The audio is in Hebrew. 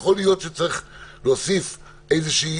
יכול להיות שצריך להוסיף עוד איזושהי